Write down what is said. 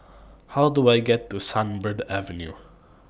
How Do I get to Sunbird Avenue